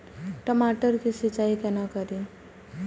टमाटर की सीचाई केना करी?